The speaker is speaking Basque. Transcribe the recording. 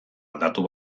aldatu